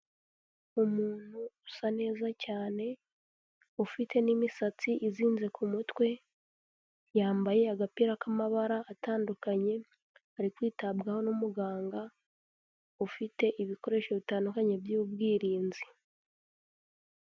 Umuntu usa neza cyane, ufite n'imisatsi izinze ku mutwe, yambaye agapira k'amabara atandukanye, ari kwitabwaho n'umuganga ufite ibikoresho bitandukanye by'ubwirinzi.